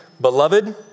beloved